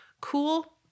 cool